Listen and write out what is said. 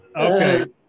Okay